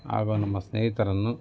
ಹಾಗೂ ನಮ್ಮ ಸ್ನೇಹಿತರನ್ನು